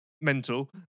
mental